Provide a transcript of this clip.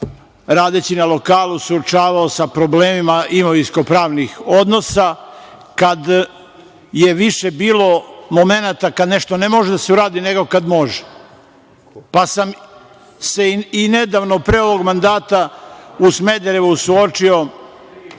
radeći na lokalu, suočavao sa problemima imovinsko-pravnih odnosa, kad je više bilo momenata kad nešto ne može da se uradi, nego kad može, pa sam se i nedavno, pre ovog mandata, u Smederevu suočio